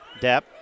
Depp